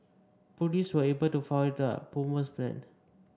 police were able to foil the bomber's plan